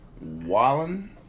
Wallen